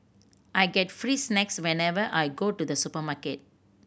I get free snacks whenever I go to the supermarket